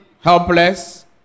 helpless